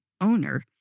owner